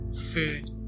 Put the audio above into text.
food